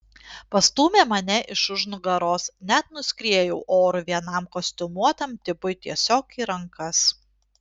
pastūmė mane iš už nugaros net nuskriejau oru vienam kostiumuotam tipui tiesiog į rankas